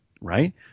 right